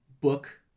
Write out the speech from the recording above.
book